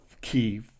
key